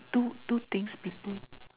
two two things between